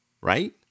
right